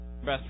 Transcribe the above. Best